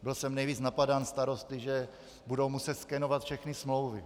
Byl jsem nejvíc napadán starosty, že budou muset skenovat všechny smlouvy.